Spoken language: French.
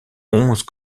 onze